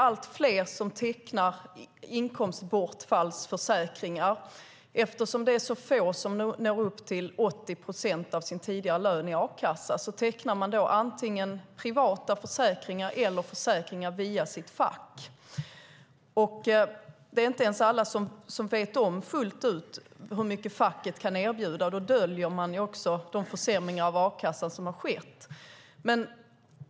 Allt fler tecknar inkomstbortfallsförsäkringar. Eftersom det är så få som når upp till 80 procent av sin tidigare lön i a-kassa tecknar man antingen privata försäkringar eller försäkringar via sitt fack. Det är inte ens alla som vet om fullt ut hur mycket facket kan erbjuda, och då döljer man också de försämringar av a-kassan som har skett.